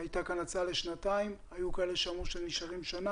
הייתה כאן הצעה לשנתיים והיו כאלה שאמרו שנישאר בשנה.